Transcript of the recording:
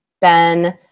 Ben